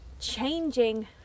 changing